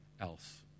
else